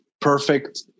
perfect